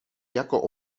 jako